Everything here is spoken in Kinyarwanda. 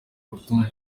gutuma